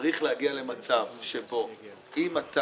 צריך להגיע למצב שבו אם אתה